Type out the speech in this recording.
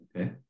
okay